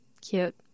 Cute